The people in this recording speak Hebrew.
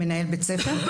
מנהל בית ספר.